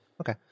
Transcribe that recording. Okay